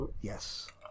Yes